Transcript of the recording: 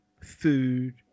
food